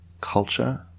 culture